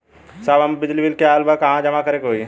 साहब हमार बिजली क बिल ऑयल बा कहाँ जमा करेके होइ?